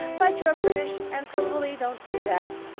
but you're british and probably don't do that,